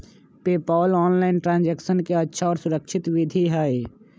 PayPal online transaction के अच्छा और सुरक्षित विधि हई